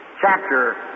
Chapter